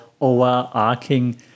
overarching